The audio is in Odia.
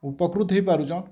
ଉପକୃତି ହେଇପାରୁଛନ୍